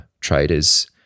traders